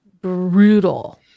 brutal